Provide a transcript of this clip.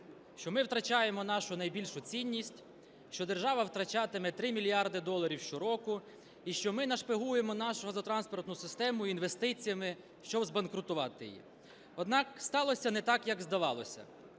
що ми втрачаємо нашу найбільшу цінність, що держава втрачатиме 3 мільярди доларів щороку і що ми нашпигуємо нашу газотранспортну систему інвестиціями, щоб збанкрутувати її. Однак сталося не так, як здавалося.